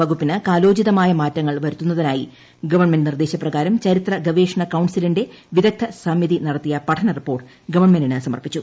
വകുപ്പിന് കാലോചിതമായ മാറ്റങ്ങൾ വരുത്തുന്നതിനായി ഗവൺമെന്റ് നിർദ്ദേശപ്രകാരം ചരിത്ര ഗവേഷണ കൌൺസിലിന്റെ വിദഗ്ധ സമിതി നടത്തിയ പഠന റിപ്പോർട്ട് ഗവൺമെന്റിന് സമർപ്പിച്ചു